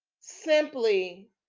simply